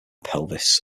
pelvis